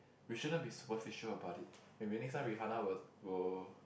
we shouldn't be superficial about it maybe next time Rihanna will will